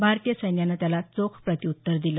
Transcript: भारतीय सैन्यानं त्याला चोख प्रत्युत्तर दिल